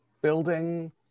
building